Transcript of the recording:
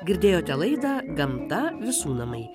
girdėjote laidą gamta visų namai